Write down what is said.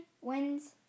wins